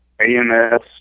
AMS